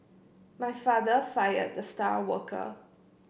my father fired the star worker